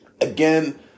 again